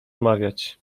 mawiać